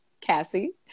Cassie